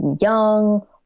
young